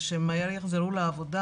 ושמהר הם יחזרו לעבודה.